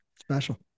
Special